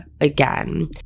again